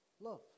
Love